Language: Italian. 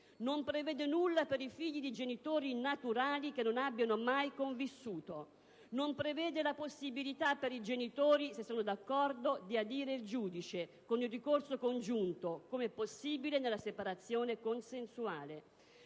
non prevede nulla per i figli dei genitori naturali che non abbiano mai convissuto; non prevede la possibilità per i genitori, se sono d'accordo, di adire il giudice con un ricorso congiunto, come è possibile nella separazione consensuale;